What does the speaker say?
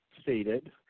stated